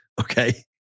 okay